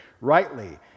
rightly